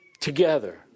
together